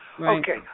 Okay